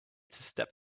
step